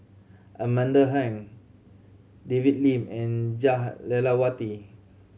Amanda Heng David Lim and Jah Lelawati